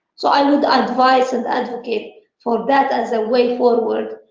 so i mean advocate and advocate for that as a way forward.